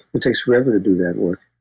it takes forever to do that work.